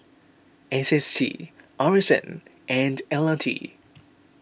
S S T R S N and L R T